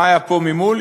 מה היה פה ממול?